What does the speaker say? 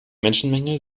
menschenmenge